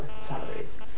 salaries